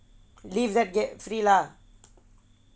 leave that get free lah